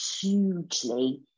hugely